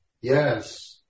Yes